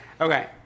Okay